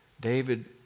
David